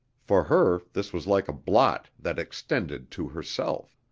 for her this was like a blot that extended to herself,